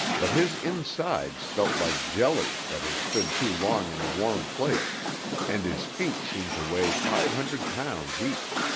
but his insides felt like jelly that has stood too long in a warm place and his feet seemed to weigh five hundred pounds each.